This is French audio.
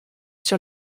sur